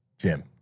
Jim